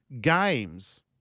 games